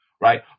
right